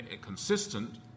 consistent